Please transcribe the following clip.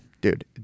dude